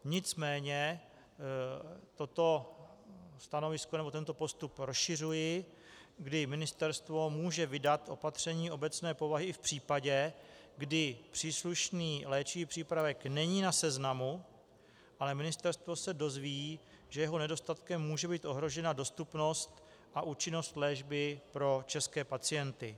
Nicméně tento postup rozšiřuji, kdy ministerstvo může vydat opatření obecné povahy i v případě, kdy příslušný léčivý přípravek není na seznamu, ale ministerstvo se dozví, že jeho nedostatkem může být ohrožena dostupnost a účinnost léčby pro české pacienty.